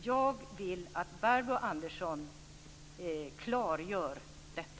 Jag vill att Barbro Andersson Öhrn klargör detta.